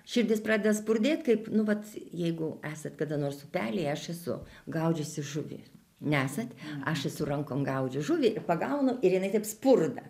širdis pradeda spurdėt kaip nu vat jeigu esat kada nors upely aš esu gaudžiusi žuvį nesat aš esu rankom gaudžiau žuvį ir pagaunu ir jinai taip spurda